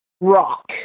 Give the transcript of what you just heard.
rock